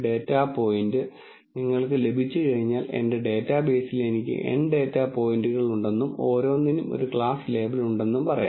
അതിനാൽ പോയിന്റുകൾ ഈ ഭാഗത്തേക്കാണെങ്കിൽ അത് ഒരു ക്ലാസാണെന്നും പോയിന്റുകൾ മറുവശത്താണെങ്കിൽ അത് മറ്റൊരു ക്ലാസാണെന്നും നിങ്ങൾ പറയും